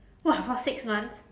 !wah! for six months